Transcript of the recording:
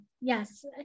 yes